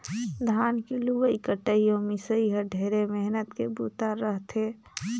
धान के लुवई कटई अउ मिंसई ह ढेरे मेहनत के बूता रह थे